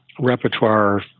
repertoire